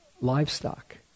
livestock